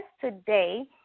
today